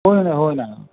होय ना होय ना